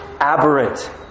aberrant